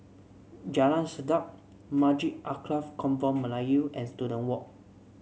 Jalan Sedap Masjid Alkaff Kampung Melayu and Students Walk